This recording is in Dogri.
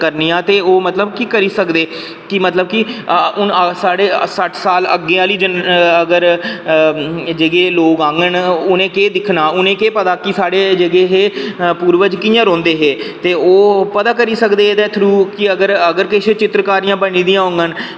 करने आं की ओह् करी सकदे की मतलब की हून साढ़े सट्ठ साल अग्गें आह्ली जनरेशन अगर जेह्ड़े लोक आङन उने केह् दिक्खना उनें ई केह् पता कि साढ़े जेह्ड़े हे पूर्वज कियां रौहंदे हे ते ओह् पता करी सकदे एह्दे थ्रू कि अगर अगर किश चित्रकारियां बनी दियां होङन